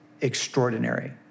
extraordinary